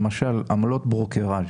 למשל עמלות ברוקארז',